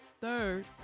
Third